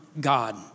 God